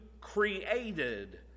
created